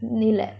இல்ல:illa